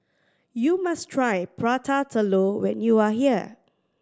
you must try Prata Telur when you are here